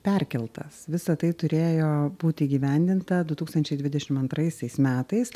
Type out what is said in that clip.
perkeltas visa tai turėjo būti įgyvendinta du tūkstančiai dvidešimt antraisiais metais